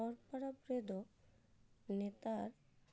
ᱦᱚᱲ ᱯᱚᱨᱚᱵᱽ ᱨᱮᱫᱚ ᱱᱮᱛᱟᱨ